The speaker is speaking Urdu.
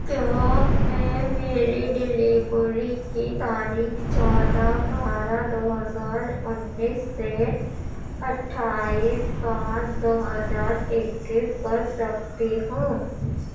کیا میں میری ڈیلیوری کی تاریخ چودہ بارہ دو ہزار انیس سے اٹھائیس پانچ دو ہزار اکیس کر سکتی ہوں